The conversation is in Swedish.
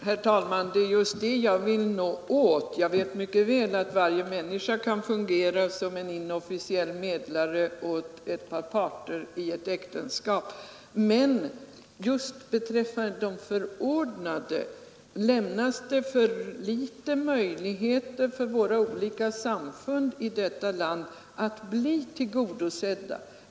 Herr talman! Det är just detta jag vill nå. Jag vet mycket väl att varje människa kan fungera som inofficiell medlare åt två parter i ett äktenskap. Men just beträffande de förordnade medlarna lämnas för liten möjlighet för våra olika samfund i detta land att bli tillgodosedda.